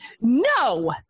no